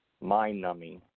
mind-numbing